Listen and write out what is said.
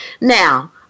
Now